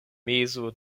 mezo